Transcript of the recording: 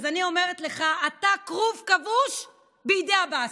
אז אני אומרת לך: אתה כרוב כבוש בידי עבאס.